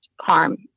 harm